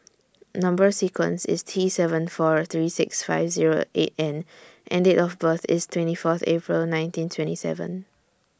Number sequence IS T seven four three six five Zero eight N and Date of birth IS twenty Fourth April nineteen twenty seven